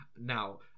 Now